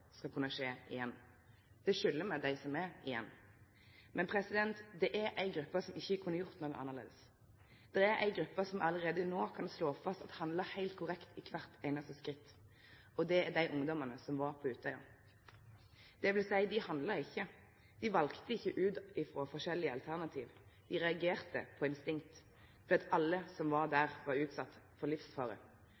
skal kunne skje igjen. Det skyldar me dei som er igjen. Men det er ei gruppe som ikkje kunne ha gjort noko annleis, ei gruppe me allereie no kan slå fast handla heilt korrekt i kvart einaste skritt, og det er dei ungdomane som var på Utøya. Det vil seie: Dei handla ikkje, dei valde ikkje ut frå forskjellige alternativ. Dei reagerte på instinkt, fordi alle som var